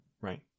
right